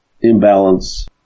imbalance